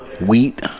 wheat